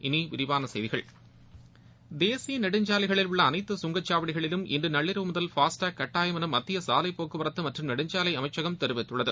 இனி விரிவான செய்திகள் தேசிய நெடுஞ்சாலைகளில் உள்ள அனைத்து கங்கச்சாவடிகளிலும் இன்று நள்ளிரவு முதல் பாஸ்டேக் கட்டாயம் என மத்திய சாவைப் போக்குவரத்து மற்றும் நெடுஞ்சாவை அமைச்சகம் தெரிவித்துள்ளது